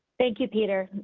thank you, peter,